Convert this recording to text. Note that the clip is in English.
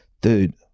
Dude